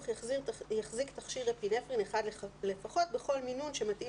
יחזיק תכשיר אפינפרין אחד לפחות בכל מינון שמתאים